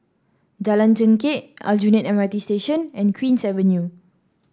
Jalan Chengkek Aljunied M R T Station and Queen's Avenue